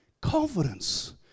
Confidence